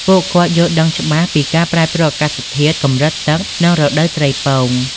ពួកគាត់យល់ដឹងយ៉ាងច្បាស់ពីការប្រែប្រួលអាកាសធាតុ កម្រិតទឹក និងរដូវត្រីពង។